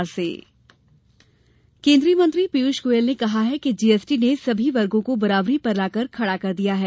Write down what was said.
पियूष गोयल केंद्रीय वित्त मंत्री पीयूष गोयल ने कहा है कि जीएसटी ने सभी वर्गों को बराबरी पर लाकर खड़ा कर दिया है